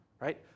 right